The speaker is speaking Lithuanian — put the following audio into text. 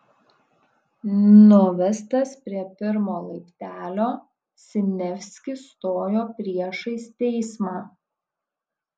nuvestas prie pirmo laiptelio siniavskis stojo priešais teismą